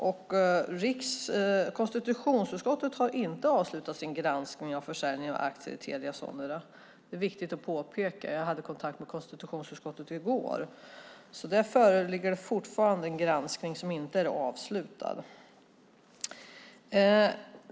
Konstitutionsutskottet har inte avslutat sin granskning av försäljningen av aktierna i Telia Sonera. Det är viktigt att påpeka. Jag hade kontakt med konstitutionsutskottet i går. Där föreligger alltså fortfarande en granskning som inte är avslutad.